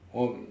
or